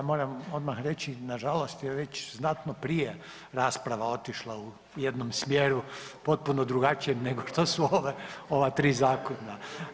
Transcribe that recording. Ja moram odmah reći nažalost je već znatno prije rasprava otišla u jednom smjeru potpuno drugačijem nego što su ova tri zakona.